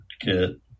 get